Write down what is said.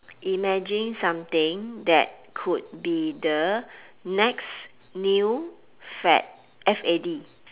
imagine something that could be the next new fad F A D